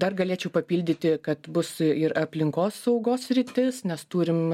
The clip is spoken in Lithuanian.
dar galėčiau papildyti kad bus e ir aplinkosaugos sritis nes turim